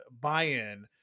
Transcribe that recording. buy-in